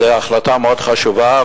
זו החלטה מאוד חשובה,